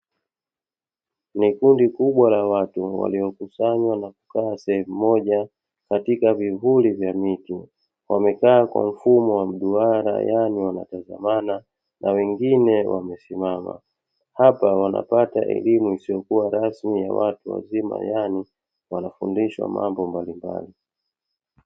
Ni kundi kubwa la watu waliokusanywa na kukaa sehemu moja katika vivuli vya miti, wamekaa kwa mfumo wa mduara yaani wanatazama na wengine wamesimama. Hapa wanapata elimu iso rasmi yawatu wazima yaani wanafundishwa mambo mbalimbali.